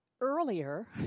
earlier